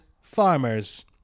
farmers